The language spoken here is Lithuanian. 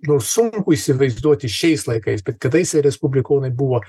nors sunku įsivaizduoti šiais laikais bet kadaise respublikonai buvo